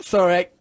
Sorry